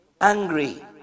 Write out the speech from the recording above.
angry